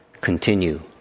continue